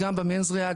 וגם במנס ראה,